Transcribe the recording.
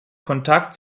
kontakt